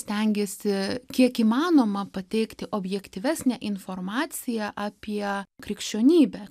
stengiasi kiek įmanoma pateikti objektyvesnę informaciją apie krikščionybę